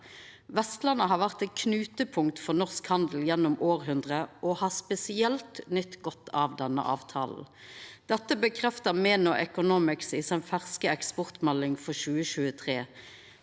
Vestlandet har vore eit knutepunkt for norsk handel gjennom hundreår og har spesielt nytt godt av denne avtalen. Dette bekreftar Menon Economics i si ferske eksportmelding for 2023.